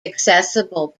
accessible